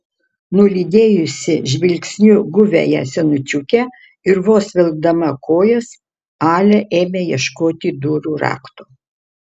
nulydėjusi žvilgsniu guviąją senučiukę ir vos vilkdama kojas alia ėmė ieškoti durų rakto